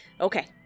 Okay